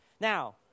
Now